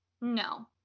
No